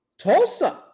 Tulsa